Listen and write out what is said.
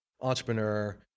entrepreneur